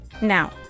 Now